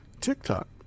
TikTok